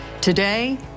Today